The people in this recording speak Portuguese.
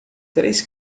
três